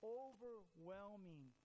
overwhelming